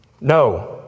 No